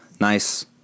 nice